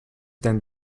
then